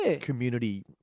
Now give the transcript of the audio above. community